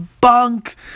bunk